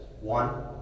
One